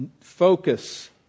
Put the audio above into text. focus